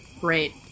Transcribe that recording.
Great